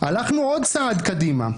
הלכנו עוד צעד קדימה,